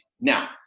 Now